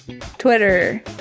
Twitter